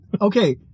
Okay